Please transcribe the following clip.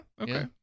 Okay